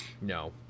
no